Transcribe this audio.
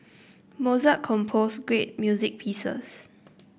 Mozart composed great music pieces